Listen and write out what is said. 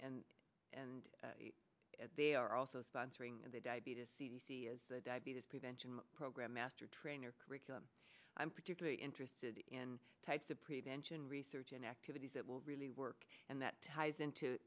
and and they are also sponsoring the diabetes diabetes prevention program master trainer curriculum i'm particularly interested in types of prevention research and activities that will really work and that ties into